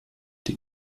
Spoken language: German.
die